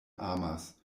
amas